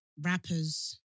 rappers